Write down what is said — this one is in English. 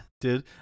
dude